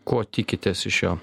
ko tikitės iš šio